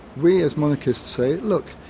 we as monarchists say look,